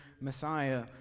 Messiah